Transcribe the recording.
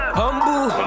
humble